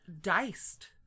diced